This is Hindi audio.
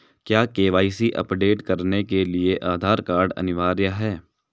क्या के.वाई.सी अपडेट करने के लिए आधार कार्ड अनिवार्य है?